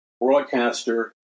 broadcaster